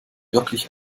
wirklich